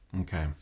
Okay